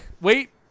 Wait